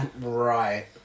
Right